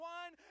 one